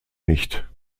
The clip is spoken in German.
nicht